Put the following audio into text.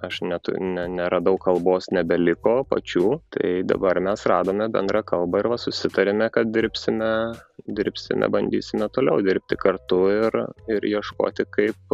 aš netu neradau kalbos nebeliko pačių tai dabar mes radome bendrą kalbą ir va susitarėme kad dirbsime dirbsime bandysime toliau dirbti kartu ir ir ieškoti kaip